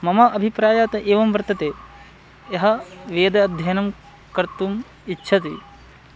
मम अभिप्रायः तु एवं वर्तते यः वेद अध्ययनं कर्तुम् इच्छति